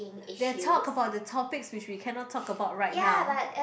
they talk about the topics which we cannot talk about right now